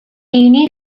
unique